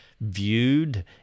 viewed